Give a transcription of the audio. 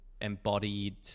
embodied